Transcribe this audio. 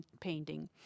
painting